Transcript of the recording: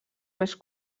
més